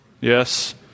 Yes